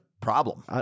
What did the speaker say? problem